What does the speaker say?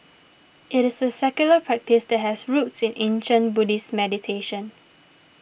it is a secular practice that has roots in ancient Buddhist meditation